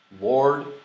Lord